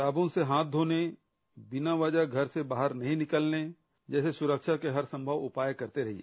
साबुन से हाथ धोने बिना वजह घर से बाहर नहीं निकलने जैसे सुरक्षा के हर संभव उपाय करते रहिए